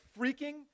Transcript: freaking